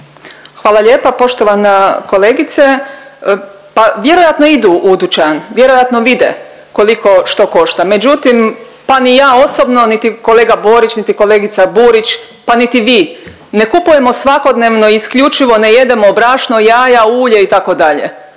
Hvala lijepa. Poštovana kolegice, pa vjerojatno idu u dućan, vjerojatno vide koliko što košta, međutim pa ni ja osobno, niti kolega Borić, niti kolegica Burić, pa niti vi ne kupujemo svakodnevno i isključivo ne jedemo brašno, jaja, ulje itd.,